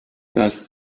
das